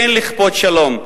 כן לכפות שלום,